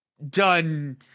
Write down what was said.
Done